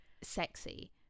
sexy